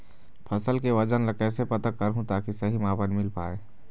फसल के वजन ला कैसे पता करहूं ताकि सही मापन मील पाए?